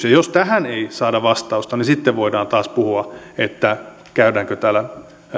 ja jos tähän ei saada vastausta sitten voidaan taas puhua käydäänkö täällä